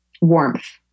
Warmth